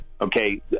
Okay